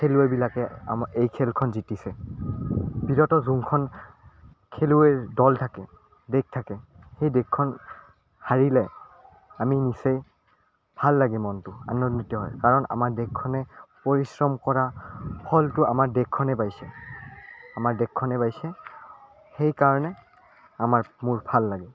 খেলুৱৈবিলাকে এই খেলখন জিকিছে যোনখন খেলুৱৈৰ দল থাকে দেশ থাকে সেই দেশখন হাৰিলে আমি নিচেই ভাল লাগে মনটো আনন্দিত হয় কাৰণ আমাৰ দেশখনে পৰিশ্ৰম কৰা ফলটো আমাৰ দেশখনে পাইছে আমাৰ দেশখনে পাইছে সেইকাৰণে আমাক মোৰ ভাল লাগে